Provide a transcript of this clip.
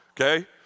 Okay